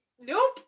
nope